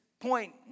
point